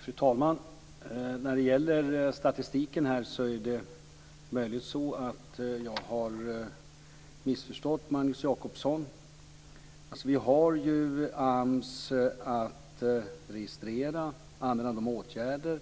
Fru talman! När det gäller statistiken har jag möjligen missförstått Magnus Jacobsson. AMS skall ju anmäla åtgärder